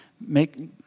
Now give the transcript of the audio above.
make